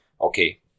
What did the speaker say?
Okay